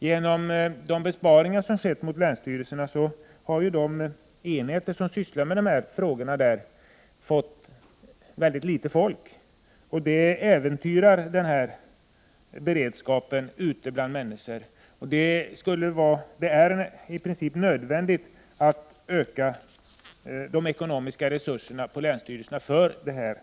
Genom de besparingar som skett på länsstyrelserna har de enheter som sysslar med dessa frågor fått mycket litet folk. Detta äventyrar denna beredskap ute bland människor. Det är i princip nödvändigt att öka de ekonomiska resurserna till länsstyrelserna för detta område.